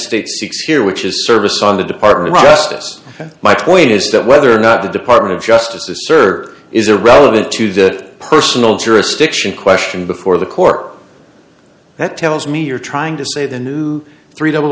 states six fear which is service on the department of justice my point is that whether or not the department of justice is served is a relevant to the personal jurisdiction question before the court that tells me you're trying to say the new three double